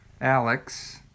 Alex